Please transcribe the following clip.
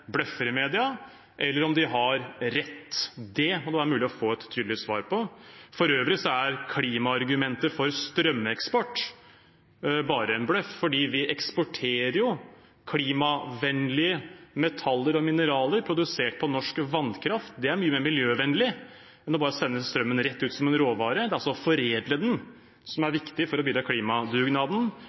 bløffer i media, eller om de har rett. Det må det være mulig å få et tydelig svar på. For øvrig er klimaargumentet for strømeksport bare en bløff, for vi eksporterer jo klimavennlige metaller og mineraler produsert på norsk vannkraft. Det er mye mer miljøvennlig – altså å foredle den, noe som er viktig for å bidra i klimadugnaden – enn bare å sende strømmen rett ut som en råvare og bygge enda flere kabler, som